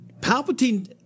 Palpatine